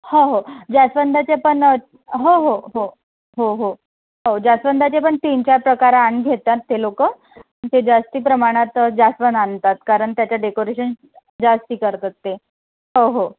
हो हो जास्वंदाचे पण हो हो हो हो हो हो जास्वंदाचे पण तीन चार प्रकार आन घेतात ते लोक ते जास्त प्रमाणात जास्वंद आणतात कारण त्याचं डेकोरेशन जास्त करतात ते हो हो